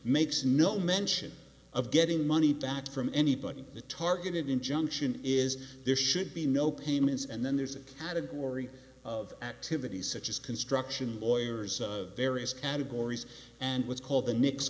makes no mention of getting money back from anybody the targeted injunction is there should be no payments and then there's a lot of gory of activities such as construction lawyers various categories and what's called the ni